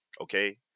Okay